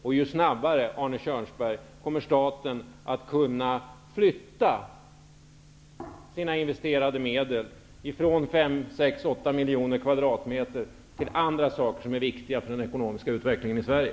Desto snabbare kommer också staten att kunna flytta sina investerade medel från fem, sex eller kanske åtta miljoner kvadratmeter till annat, som är viktigare för den ekonomiska utvecklingen i Sverige.